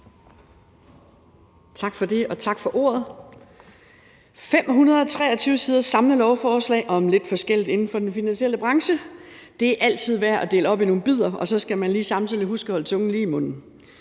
Tak for det, og tak for ordet. Et 523 siders samlelovforslag om lidt forskelligt inden for den finansielle branche er altid værd at dele op i nogle bidder, og så skal man samtidig huske lige at holde tungen lige i munden.